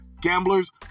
Gamblers